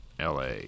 la